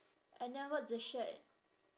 and then what's the shirt